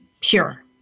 pure